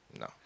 No